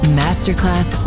masterclass